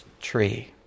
tree